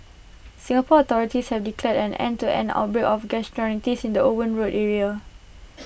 Singapore authorities have declared an end to an outbreak of gastroenteritis in the Owen road area